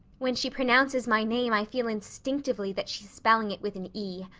when she pronounces my name i feel instinctively that she's spelling it with an e.